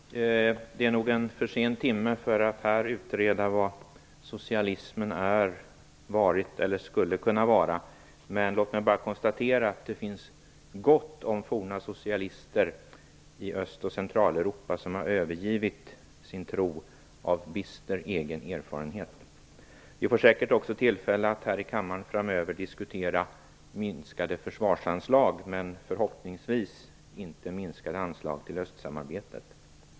Herr talman! Timmen är nog för sen för att här utreda vad socialismen är, varit eller skulle kunna vara. Men låt mig bara konstatera att det finns gott om forna socialister i Öst och Centraleuropa som av egen bister erfarenhet har övergivit sin tro. Vi får säkert också tillfälle att här i kammaren framöver diskutera minskade försvarsanslag, men förhoppningsvis inte minskade anslag till östsamarbetet.